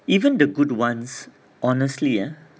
even the good [ones] honestly ah